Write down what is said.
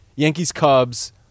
Yankees-Cubs